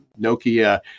Nokia